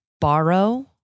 borrow